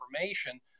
information